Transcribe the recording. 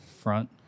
Front